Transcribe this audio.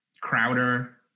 Crowder